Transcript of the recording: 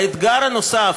האתגר הנוסף,